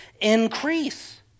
increase